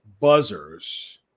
buzzers